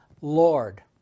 Lord